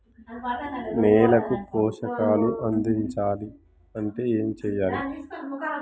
నేలకు పోషకాలు అందించాలి అంటే ఏం చెయ్యాలి?